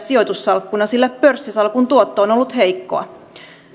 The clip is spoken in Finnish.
sijoitussalkkuna sillä pörssisalkun tuotto on on ollut heikkoa